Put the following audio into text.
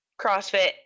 CrossFit